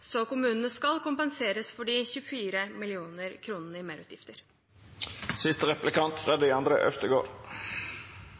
Kommunene skal kompenseres for de 24 mill. kr i